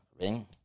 ring